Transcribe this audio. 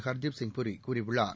ஹர்தீப்சிங் பூரி கூறியுள்ளார்